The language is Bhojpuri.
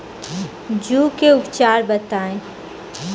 जूं के उपचार बताई?